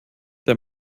der